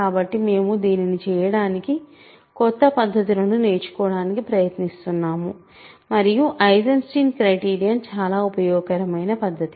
కాబట్టి మేము దీన్ని చేయడానికి కొత్త పద్ధతులను నేర్చుకోవడానికి ప్రయత్నిస్తున్నాము మరియు ఐసెన్స్టీన్ క్రైటీరియన్ చాలా ఉపయోగకరమైన పద్దతి